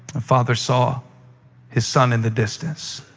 the father saw his son in the distance.